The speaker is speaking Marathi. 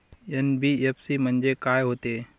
एन.बी.एफ.सी म्हणजे का होते?